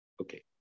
okay